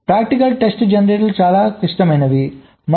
practical test జనరేటర్లు చాలా క్లిష్టమైనవి మరియు అధునాతనమైనవి